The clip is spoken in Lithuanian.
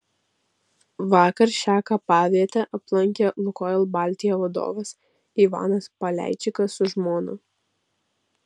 vakar šią kapavietę aplankė lukoil baltija vadovas ivanas paleičikas su žmona